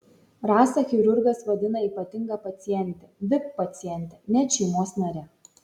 rasą chirurgas vadina ypatinga paciente vip paciente net šeimos nare